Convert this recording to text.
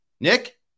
Nick